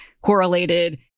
correlated